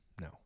No